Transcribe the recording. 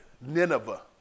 Nineveh